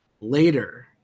later